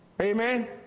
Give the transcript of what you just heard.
Amen